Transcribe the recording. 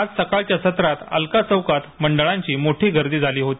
आज सकाळच्या सत्रात अलका चौकात मंडळांची मोठी गर्दी झाली होती